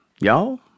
y'all